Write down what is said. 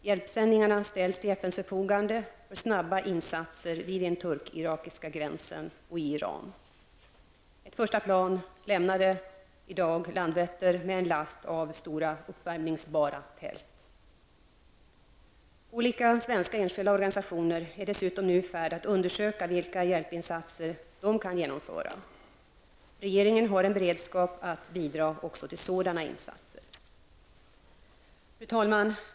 Hjälpsändningarna ställs till FNs förfogande för snabba insatser vid den turk-irakiska gränsen och i Iran. Ett första plan lämnade i dag Landvetter med en last av stora uppvärmningsbara tält. Olika svenska enskilda organisationer är dessutom nu i färd med att undersöka vilka hjälpinsatser de kan genomföra. Regeringen har en beredskap att bidra också till sådana insatser. Fru talman!